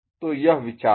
तो यह विचार है